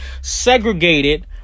segregated